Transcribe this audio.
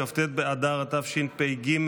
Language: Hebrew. כ"ט באדר התשפ"ג,